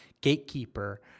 gatekeeper